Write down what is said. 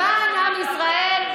למען עם ישראל?